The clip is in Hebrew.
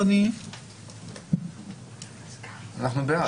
אנחנו בעד.